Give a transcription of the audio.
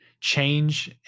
change